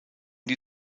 die